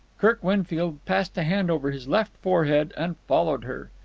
kirk winfield passed a hand over his left forehead and followed her.